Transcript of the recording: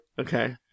Okay